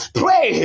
pray